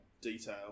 detail